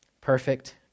Perfect